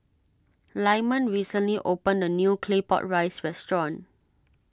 Lyman recently opened a new Claypot Rice restaurant